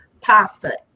pasta